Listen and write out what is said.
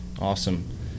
Awesome